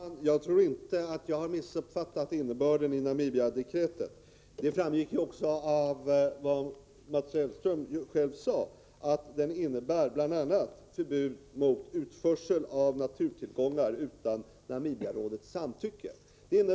Herr talman! Jag tror inte att jag har missuppfattat innebörden i Namibiadekretet. Det framgick också av vad Mats Hellström själv sade, att det innebär bl.a. förbud mot utförsel av naturtillgångar utan Namibiarådets samtycke.